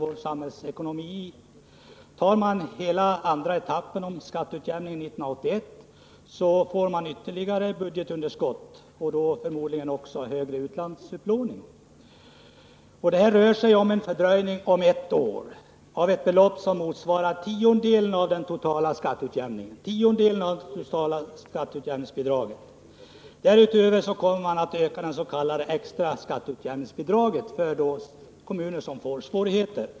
Om man tar hela andra etappen av skatteutjämningen år 1981 får man en ökning av budgetunderskottet och förmodligen också större utlandsupplåning. Det rör sig om en fördröjning på ett år av ett belopp som motsvarar en tiondel av det totala skatteutjämningsbidraget. Därutöver kommer man att öka det s.k. extra skatteutjämningsbidraget för kommuner som får svårigheter.